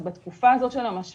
אז בתקופה הזאת של המשבר,